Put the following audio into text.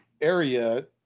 area